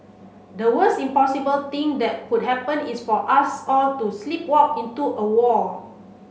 the worst impossible thing that could happen is for us all to sleepwalk into a war